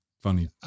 funny